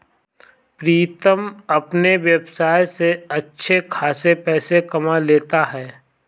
प्रीतम अपने व्यवसाय से अच्छे खासे पैसे कमा लेता है